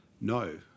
No